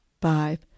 Five